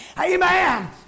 Amen